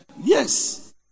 yes